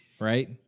Right